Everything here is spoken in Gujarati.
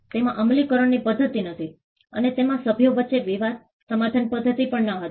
તેમાં અમલીકરણની પદ્ધતિ નથી અને તેમાં સભ્યો વચ્ચે વિવાદ સમાધાન પદ્ધતિ પણ નહોતી